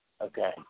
Okay